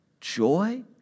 joy